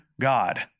God